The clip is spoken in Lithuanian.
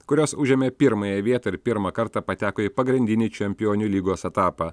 kurios užėmė pirmąją vietą ir pirmą kartą pateko į pagrindinį čempionių lygos etapą